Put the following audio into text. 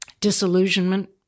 disillusionment